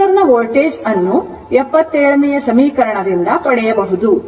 ಇಂಡಕ್ಟರ್ನ voltage ಅನ್ನು 77 ನೇಯ ಸಮೀಕರಣದಿಂದ ಪಡೆಯಬಹುದು